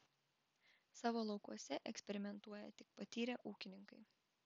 savo laukuose eksperimentuoja tik patyrę ūkininkai